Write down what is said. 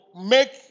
make